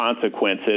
consequences